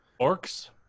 Orcs